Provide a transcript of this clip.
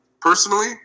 personally